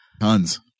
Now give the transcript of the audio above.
Tons